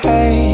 Hey